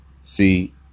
See